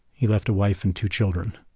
he left a wife and two children.